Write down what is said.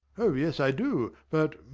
oh yes, i do but